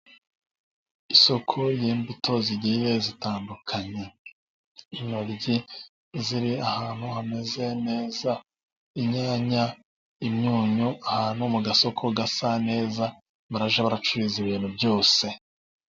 Isoko ry'imbuto zigiye zitandukanye, intoryi ziri ahantu hameze neza, inyanya, imyunyu, ahantu mu gasoko gasa neza barajya baracuruza ibintu byose.